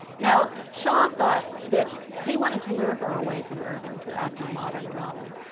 now shaw thought that he wanted to lure her away from irving to act in modern drama,